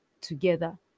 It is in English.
together